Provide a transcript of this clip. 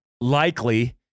likely